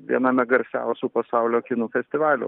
viename garsiausių pasaulio kinų festivalių